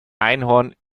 einhorn